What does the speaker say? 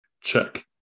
Check